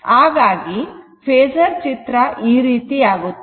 ಹಾಗಾಗಿ ಫೇಸರ್ ಚಿತ್ರ ಈ ರೀತಿ ಆಗುತ್ತದೆ